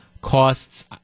Costs